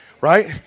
right